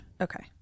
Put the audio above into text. okay